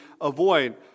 avoid